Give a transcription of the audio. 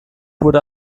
wurde